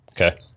Okay